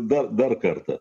dar dar kartą